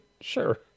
Sure